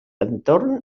entorn